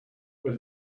where